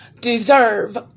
deserve